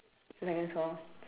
to secondary four